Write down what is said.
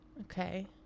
Okay